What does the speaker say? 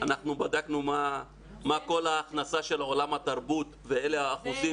אנחנו בדקנו מה כל ההכנסה של עולם התרבות ואלה האחוזים